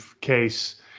case